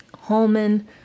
Holman